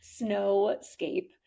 snowscape